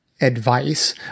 advice